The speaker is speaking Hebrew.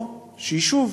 או שהיא שוב